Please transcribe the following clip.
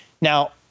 Now